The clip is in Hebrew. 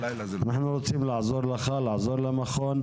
אנחנו רוצים לעזור לך, לעזור למכון,